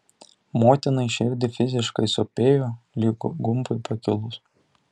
motinai širdį fiziškai sopėjo lyg gumbui pakilus